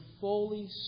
fully